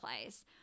place